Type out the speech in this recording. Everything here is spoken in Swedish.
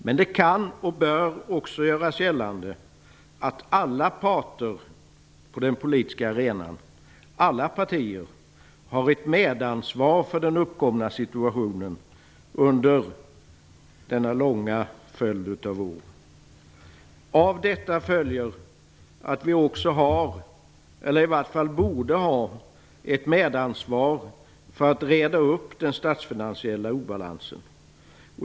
Men det kan och bör också göras gällande att alla parter på den politiska arenan, alla partier, har ett medansvar för den uppkomna situationen under denna långa följd av år. Av detta följer att vi också har, eller i alla fall borde ha, ett medansvar för att reda upp den statsfinansiella obalansen.